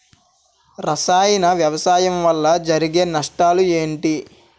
రసాయన వ్యవసాయం వల్ల జరిగే నష్టాలు ఏంటి?